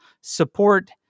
support